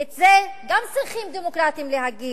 וגם את זה צריכים דמוקרטים להגיד.